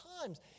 times